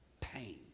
pain